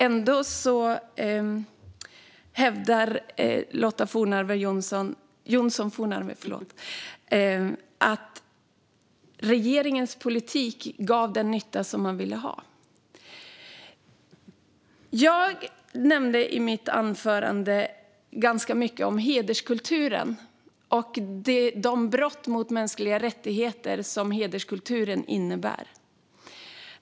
Ändå hävdar hon att regeringens politik gav den nytta som man ville ha. I mitt anförande talade jag ganska mycket om hederskultur och de brott mot mänskliga rättigheter som hederskulturen innebär.